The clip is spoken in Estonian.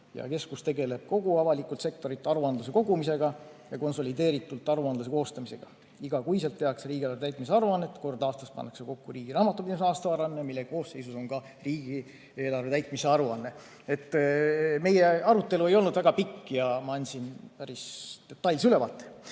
Keskus tegeleb kogu avaliku sektori aruandluse kogumisega ja konsolideeritud aruandluse koostamisega. Igakuiselt tehakse riigieelarve täitmise aruannet. Kord aastas pannakse kokku riigi raamatupidamise aastaaruanne, mille koosseisus on ka riigieelarve täitmise aruanne. Meie arutelu ei olnud väga pikk ja ma andsin päris detailse ülevaate.